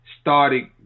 started